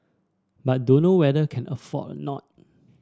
but dunno whether can afford or not